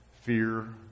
Fear